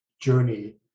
journey